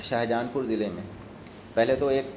شاہجہان پور ضلعے میں پہلے تو ایک